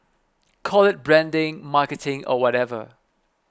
call it branding marketing or whatever